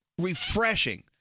refreshing